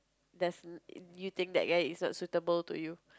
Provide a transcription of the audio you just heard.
does you think that guy is not suitable to you